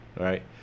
right